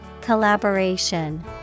Collaboration